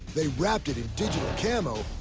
they wrapped it in digital camo,